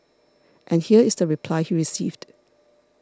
and here is the reply he received